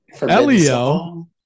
Elio